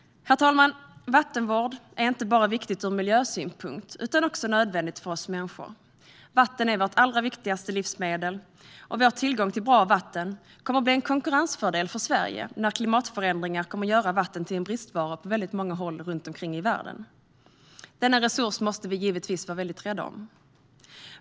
Herr talman! Vattenvård är inte bara viktigt ur miljösynpunkt utan också nödvändigt för oss människor. Vatten är vårt allra viktigaste livsmedel, och vår tillgång till bra vatten kommer att bli en konkurrenskraftsfördel för Sverige när klimatförändringar gör vatten till en bristvara på många håll i världen. Denna resurs måste vi givetvis vara rädda om.